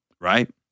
right